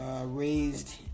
raised